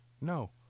no